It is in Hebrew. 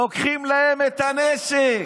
לוקחים להם את הנשק.